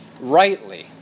rightly